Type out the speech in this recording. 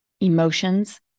emotions